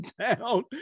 down